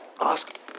ask